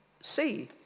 see